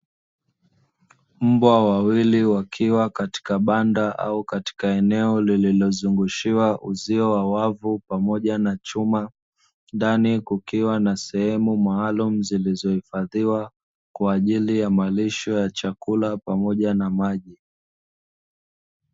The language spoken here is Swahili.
Mbwa wawili wakiwa katika banda au katika eneo lililozungushiwa uzio wa wavu pamoja na chuma, ndani kukiwa na sehemu maalumu zilizohifadhiwa kwa ajili ya malisho ya chakula pamoja na maji.